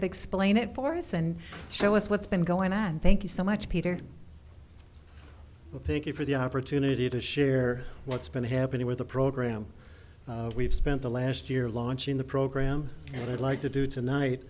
of explain it for us and show us what's been going on thank you so much peter thank you for the opportunity to share what's been happening with the program we've spent the last year launching the program i'd like to do tonight